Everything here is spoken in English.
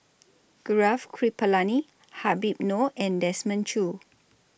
Gaurav Kripalani Habib Noh and Desmond Choo